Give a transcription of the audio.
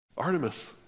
Artemis